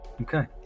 Okay